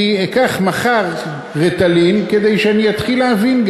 אני אקח מחר "ריטלין" כדי שאני אתחיל להבין,